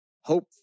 hope